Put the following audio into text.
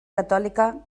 catòlica